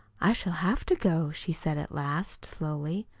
i shall have to go, she said at last, slowly.